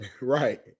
Right